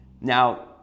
now